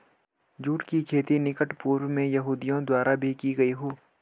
जुट की खेती निकट पूर्व में यहूदियों द्वारा भी की गई हो